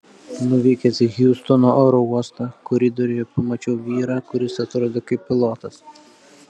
nuvykęs į hjustono oro uostą koridoriuje pamačiau vyrą kuris atrodė kaip pilotas